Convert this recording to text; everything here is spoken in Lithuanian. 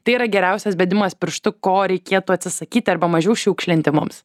tai yra geriausias bedimas pirštu ko reikėtų atsisakyti arba mažiau šiukšlinti mums